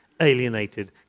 alienated